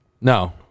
No